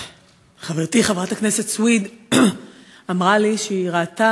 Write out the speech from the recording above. חברתי חברת הכנסת סויד אמרה לי שהיא ראתה